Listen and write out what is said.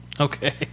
Okay